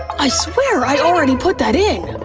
i swear i already put that in.